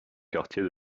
quartiers